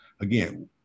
again